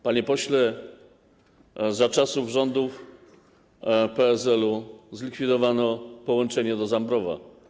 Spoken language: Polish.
Panie pośle, za czasów rządów PSL-u zlikwidowano połączenie do Zambrowa.